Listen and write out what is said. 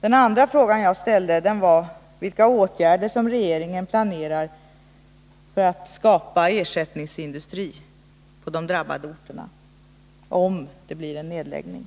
Den andra frågan som jag ställde var vilka åtgärder som regeringen planerar för att skapa ersättningsindustri på de drabbade orterna, om det blir en nedläggning.